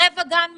רבע גן מגיע.